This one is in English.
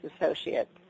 associates